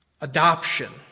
Adoption